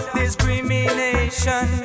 discrimination